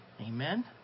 Amen